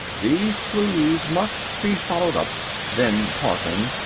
these clues must be followed up, then pausing,